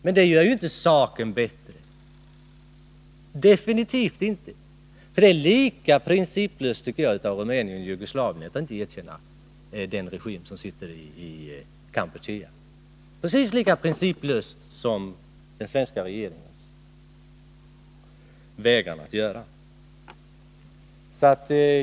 Men det gör ju definitivt inte saken bättre, för det är lika principlöst av Rumänien och Jugoslavien att inte erkänna den regim som sitter i Kampuchea — det är precis lika principlöst som den svenska regeringens vägran att göra det.